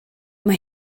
mae